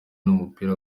n’umupira